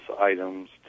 items